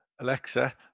Alexa